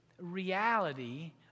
reality